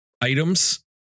items